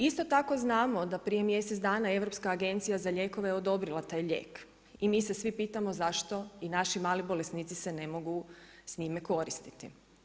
Isto tako znamo da prije mjesec dana europska agencija za lijekove je odobrila taj lijek i mi se svi pitamo zašto i naši mali bolesnici se ne mogu s njime koristiti.